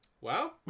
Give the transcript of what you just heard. Wow